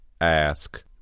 Ask